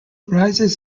rises